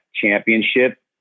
championship